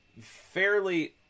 fairly